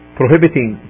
prohibiting